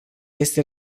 este